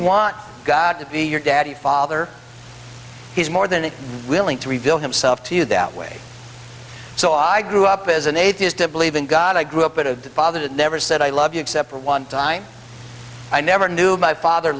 want god to be your dad you father he's more than willing to reveal himself to you that way so i grew up as an atheist i believe in god i grew up in a father that never said i love you except for one time i never knew my father